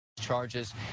charges